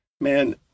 man